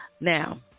Now